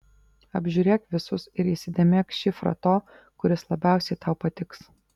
apžiūrėk visus ir įsidėmėk šifrą to kuris labiausiai tau patiks